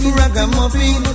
ragamuffin